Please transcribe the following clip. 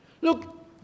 Look